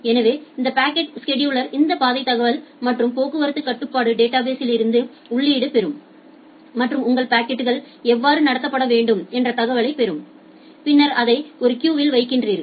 எனவே இந்த packet scheduler இந்த பாதை தகவல் மற்றும் போக்குவரத்துக் கட்டுப்பாட்டு டேட்டாபேஸ் லிருந்து உள்ளீட்டைப் பெரும் மற்றும் உங்கள் பாக்கெட்கள் எவ்வாறு நடத்தப்பட வேண்டும்என்ற தகவலைப் பெறும் பின்னர் அதை ஒரு கியூவில் வைக்கிறது